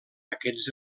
aquests